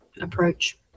approach